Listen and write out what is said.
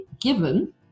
given